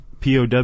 POW